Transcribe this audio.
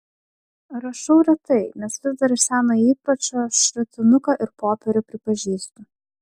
rašau retai nes vis dar iš seno įpročio šratinuką ir popierių pripažįstu